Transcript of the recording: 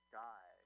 Sky